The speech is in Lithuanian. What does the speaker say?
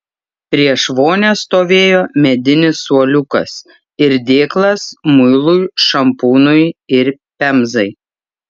prieš vonią stovėjo medinis suoliukas ir dėklas muilui šampūnui ir pemzai